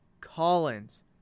Collins